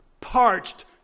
parched